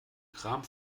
kram